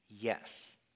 Yes